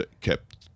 kept